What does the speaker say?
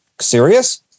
serious